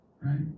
right